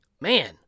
Man